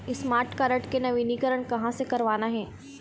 Smart card के नवीनीकरण कहां से करवाना हे?